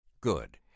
Good